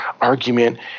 argument